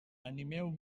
animeu